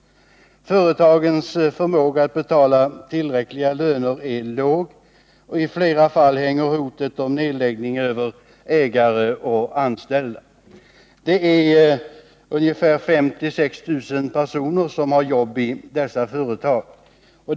Företagens förmåga att betala tillräckliga löner är låg och i flera fall hänger hotet om nedläggning över ägare och anställda. Det är 5 000—6 000 personer som har jobb i dessa företag.